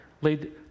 laid